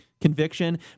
conviction